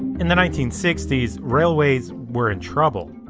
in the nineteen sixty s, railways were in trouble.